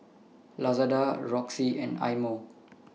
Lazada Roxy and Eye Mo